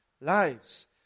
lives